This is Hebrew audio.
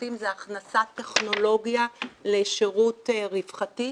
שירותים זה הכנסת טכנולוגיה לשירות רווחתי.